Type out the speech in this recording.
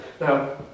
Now